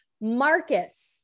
Marcus